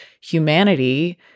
humanity